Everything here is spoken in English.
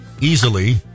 easily